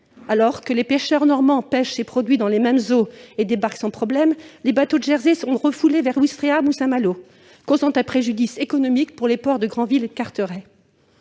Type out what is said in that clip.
Alors que les pêcheurs normands pêchent ces produits dans les mêmes eaux et débarquent sans problème, les bateaux de Jersey sont refoulés vers Ouistreham ou Saint-Malo, causant un préjudice économique aux ports de Granville et de Carteret.